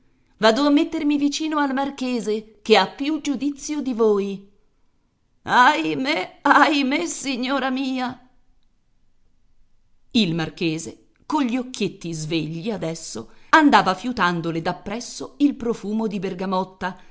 vado a mettermi vicino al marchese che ha più giudizio di voi ahimè ahimè signora mia il marchese cogli occhietti svegli adesso andava fiutandole da presso il profumo di bergamotta